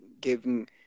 giving